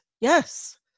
yes